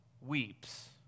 weeps